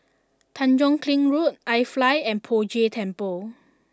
Tanjong Kling Road iFly and Poh Jay Temple